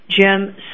Jim